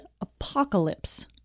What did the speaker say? Apocalypse